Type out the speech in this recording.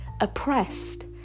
oppressed